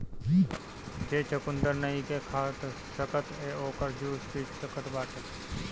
जे चुकंदर नईखे खा सकत उ ओकर जूस पी सकत बाटे